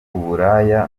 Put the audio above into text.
uburaya